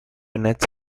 bennett